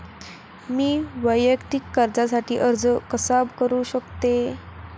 मी वैयक्तिक कर्जासाठी अर्ज कसा करु शकते?